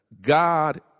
God